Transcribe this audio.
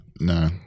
No